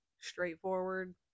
straightforward